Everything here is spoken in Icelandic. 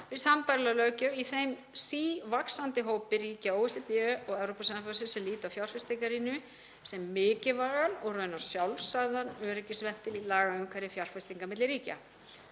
við sambærilega löggjöf í þeim sívaxandi hópi ríkja OECD og Evrópusambandsins sem líta á fjárfestingarýni sem mikilvægan og raunar sjálfsagðan öryggisventil í lagaumhverfi fjárfestinga milli ríkja.